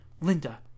Linda